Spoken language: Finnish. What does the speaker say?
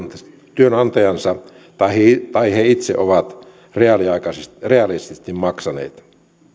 työnantajansa tai he itse ovat reaalisesti reaalisesti maksaneet